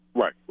Right